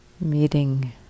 meeting